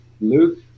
luke